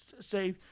say